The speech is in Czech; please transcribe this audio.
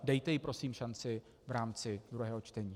Dejte jí prosím šanci v rámci druhého čtení.